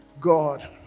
God